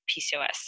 PCOS